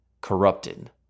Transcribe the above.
corrupted